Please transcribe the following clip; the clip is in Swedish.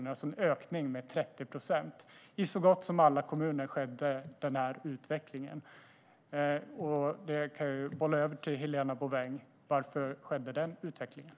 Det var alltså en ökning med 30 procent, och denna utveckling skedde i så gott som alla kommuner. Jag kan bolla över denna fråga till Helena Bouveng. Varför skedde den utvecklingen?